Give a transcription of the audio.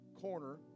Corner